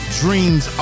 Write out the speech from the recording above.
dreams